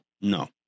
No